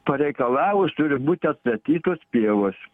pareikalavus turi būti atstatytos pievos